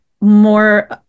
more